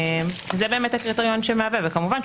וכמובן,